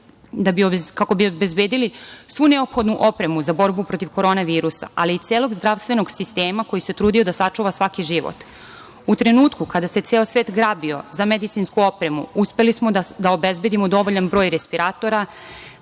kako bi obezbedili svu neophodnu opremu za borbu protiv korona virusa, ali i celog zdravstvenog sistema koji se trudio da sačuva svaki život. U trenutku kada se ceo svet grabio za medicinsku opremu uspeli smo da obezbedimo dovoljan broj respiratora,